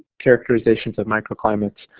characterizations of microclimates,